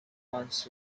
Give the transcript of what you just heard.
months